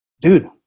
dude